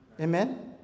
Amen